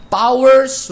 powers